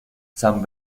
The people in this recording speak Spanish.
san